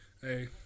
hey